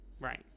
right